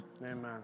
Amen